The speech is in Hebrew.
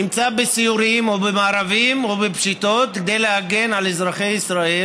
נמצא בסיורים או במארבים או בפשיטות כדי להגן על אזרחי ישראל,